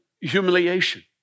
humiliation